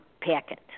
packet